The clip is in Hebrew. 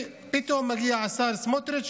פתאום מגיע השר סמוטריץ',